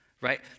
Right